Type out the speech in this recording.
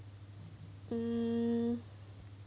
um